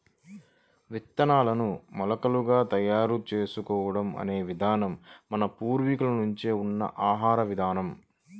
విత్తనాలను మొలకలుగా తయారు చేసుకోవడం అనే విధానం మన పూర్వీకుల నుంచే ఉన్న ఆహార విధానం